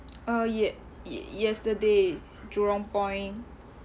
oh ye~ ye~ yesterday Jurong point